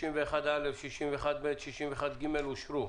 סעיפים 61א, 61ב ו-61ג אושרו.